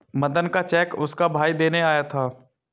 मदन का चेक उसका भाई देने आया था